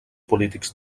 polítics